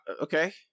Okay